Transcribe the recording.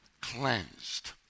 cleansed